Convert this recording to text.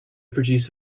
produce